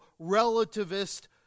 relativist